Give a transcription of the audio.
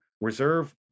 reserve